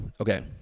Okay